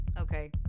Okay